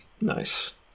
Nice